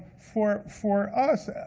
for for us,